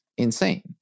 Insane